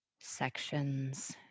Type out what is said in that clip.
sections